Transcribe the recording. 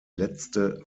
letzte